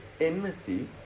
enmity